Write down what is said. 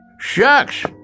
Shucks